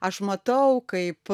aš matau kaip